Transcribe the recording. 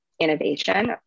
innovation